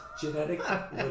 Genetic